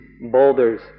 boulders